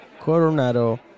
Coronado